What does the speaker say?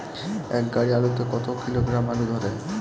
এক গাড়ি আলু তে কত কিলোগ্রাম আলু ধরে?